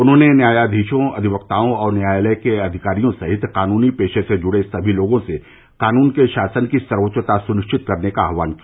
उन्होंने न्यायाधीशों अधिवक्ताओं और न्यायालय के अधिकारियों सहित कानूनी पेशे से जुड़े सभी लोगों से कानून के शासन की सर्वोच्चता सुनिश्चित करने का आह्वान किया